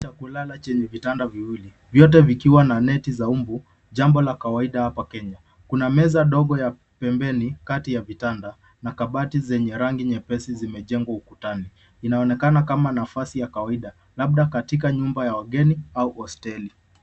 Chumba cha kulala chenye vitanda viwili. Vyote vikiwa na neti za mbu jambo la kawaida hapa Kenya. Kuna meza ndogo ya pembeni kati ya vitanda na kabati zenye rangi nyepesi zimejengwa ukutani. Inaoneakana kama nafasi ya kawaida labda katika nyumba ya wageni au hosteli.